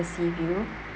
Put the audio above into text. sea view